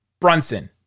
Brunson